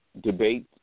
debate